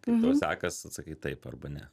kaip tau sekas atsakai taip arba ne